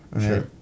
Sure